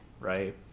right